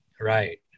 Right